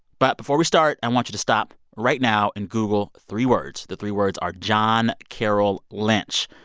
but before we start, i want you to stop right now and google three words. the three words are john carroll lynch.